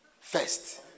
first